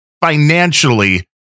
financially